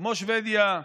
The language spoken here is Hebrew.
כמו שבדיה.